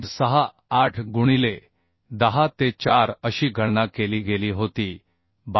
68 गुणिले 10 ते 4 अशी गणना केली गेली होती 12